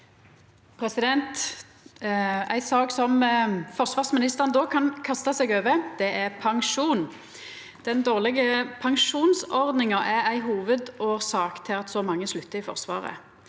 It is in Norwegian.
Ei sak som forsvars- ministeren då kan kasta seg over, er pensjon. Den dårlege pensjonsordninga er ei hovudårsak til at så mange sluttar i Forsvaret.